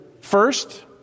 first